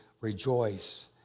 rejoice